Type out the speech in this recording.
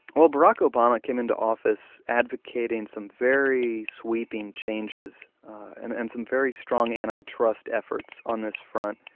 ah barack obama came into office advocating some very sweeping changes and and some very strong antitrust efforts on this front.